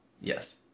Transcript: Yes